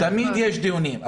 תמיד יש דיונים.